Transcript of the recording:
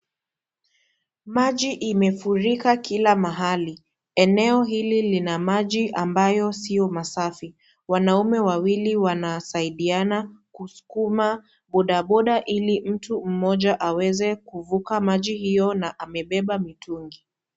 Maji imefurika kila mahali, eneo hili ina maji ambayo sio masafi, wanaume wawili wanasaidiana kuskuma bodaboda ili mtu mmoja aweze kuvuka maji hiyo na amebeba mitungi.